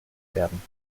werden